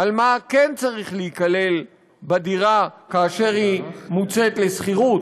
על מה כן צריך להיכלל בדירה כאשר היא מוצאת לשכירות,